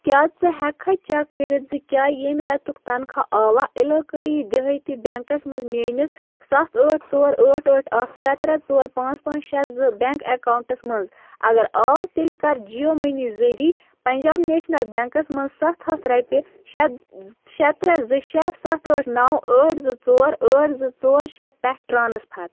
کیٛاہ ژٕ ہٮ۪کہٕ کھٕ چَک کٔرِتھ زِ کیٛاہ ییٚمۍ رٮ۪تُک تَنخواہ آوا عِلٲقٲیی دِہٲتی بٮ۪نٛکَس منٛز میٛٲنِس سَتھ ٲٹھ ژور ٲٹھ ٲٹھ ٲٹھ اَکھ ترٛےٚ ترٛےٚ ژور پانٛژھ پانٛژھ شےٚ زٕ بٮ۪نٛک اٮ۪کاوُنٛٹَس منٛز اَگر آو تیٚلہِ کَر جِیو مٔنی ذریعہ پنٛجاب نیشنَل بٮ۪نٛکَس منٛز سَتھ ہَتھ رۄپیہِ شےٚ شےٚ ترٛےٚ زٕ شےٚ سَتھ ٲٹھ نَو ٲٹھ زٕ ژور ٲٹھ زٕ ژور شےٚ پٮ۪ٹھ ٹرٛانٕسفَر